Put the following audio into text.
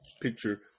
picture